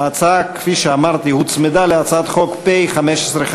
ההצעה, כפי שאמרתי, הוצמדה להצעת חוק פ/1515.